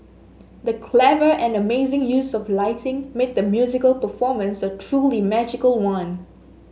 the clever and amazing use of lighting made the musical performance a truly magical one